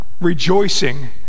rejoicing